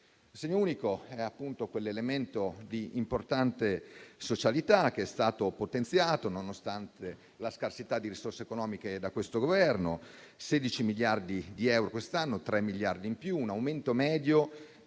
L'assegno unico è quell'elemento di importante socialità che è stato potenziato, nonostante la scarsità di risorse economiche, da questo Governo: 16 miliardi di euro quest'anno, tre miliardi in più, un aumento medio